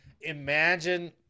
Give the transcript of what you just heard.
imagine